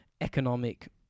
economic